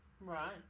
Right